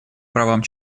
правам